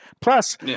Plus